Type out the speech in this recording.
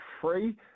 free